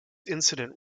incident